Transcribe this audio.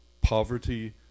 Poverty